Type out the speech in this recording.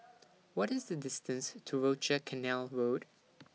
What IS The distance to Rochor Canal Road